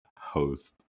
host